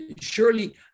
surely